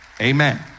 Amen